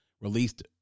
released